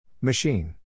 Machine